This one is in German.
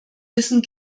wissen